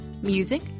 music